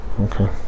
Okay